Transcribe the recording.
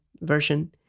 version